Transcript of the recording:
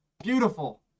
beautiful